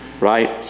Right